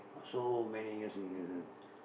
so many years in prison